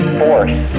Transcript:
force